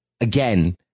again